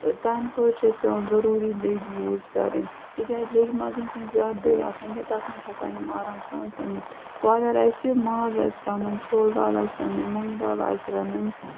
تَہٕنٛدِ خٲطرٕ چھِ اَسہِ پٮ۪وان ضٔروٗری لیٚج یوٗز کَرٕنۍ تِکیٛازِ لیٚجہِ منٛز یِم چھِنہٕ زیادٕ دٔرۍ آسان کیٚنٛہہ تَتھ منٛز چھِ ہٮ۪کان یِم آرام سان سیٚنِتھ وۄنۍ اَگر اَسہِ ماز آسہِ رَنُن چھولہٕ دال آسہِ رَنٕنۍ مۄنٛگہٕ دال آسہِ رَنٕنۍ